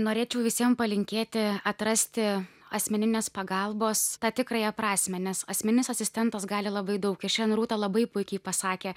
norėčiau visiem palinkėti atrasti asmeninės pagalbos tą tikrąją prasmę nes asmeninis asistentas gali labai daug ir šiandien rūta labai puikiai pasakė